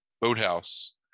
boathouse